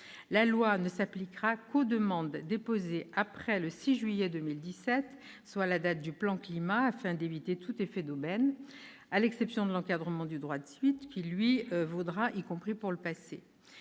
La loi ne s'appliquera qu'aux demandes déposées après le 6 juillet 2017, qui est la date de présentation du plan Climat, afin d'éviter tout effet d'aubaine, à l'exception de l'encadrement du droit de suite qui, lui, vaudra y compris pour le passé.